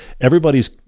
everybody's